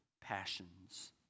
passions